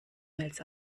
mails